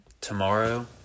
Tomorrow